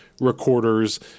recorders